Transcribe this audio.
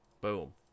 Boom